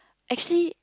actually